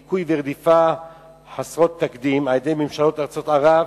דיכוי ורדיפה חסרי תקדים על-ידי ממשלות ארצות ערב,